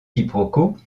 quiproquos